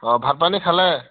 অ' ভাত পানী খালে